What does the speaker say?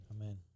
Amen